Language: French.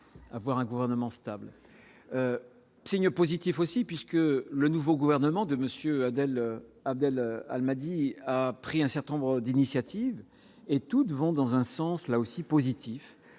avoir un gouvernement stable signe positif aussi puisque le nouveau gouvernement de Monsieur Adel Abdel Al, a pris un certain nombre d'initiatives et toutes vont dans un sens, là aussi positif